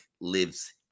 lives